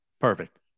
Perfect